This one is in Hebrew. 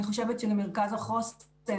אני חושבת שלמרכז החוסן